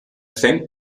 fängt